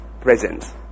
presence